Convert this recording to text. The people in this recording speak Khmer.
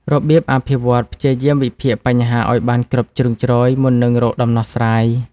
របៀបអភិវឌ្ឍន៍ព្យាយាមវិភាគបញ្ហាឲ្យបានគ្រប់ជ្រុងជ្រោយ មុននឹងរកដំណោះស្រាយ។